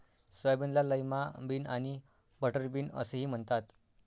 सोयाबीनला lima bean आणि butterbean असेही म्हणतात